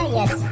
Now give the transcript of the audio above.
yes